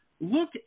look